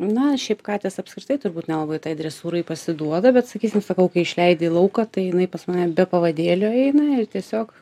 na šiaip katės apskritai turbūt nelabai tai dresūrai pasiduoda bet sakysim sakau kai išleidi į lauką tai jinai pas mane be pavadėlio eina ir tiesiog